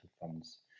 funds